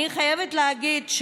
אני חייבת להגיד,